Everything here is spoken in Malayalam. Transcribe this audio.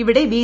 ഇവിടെ ബി